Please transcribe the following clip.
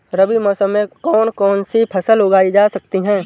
रबी मौसम में कौन कौनसी फसल उगाई जा सकती है?